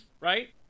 right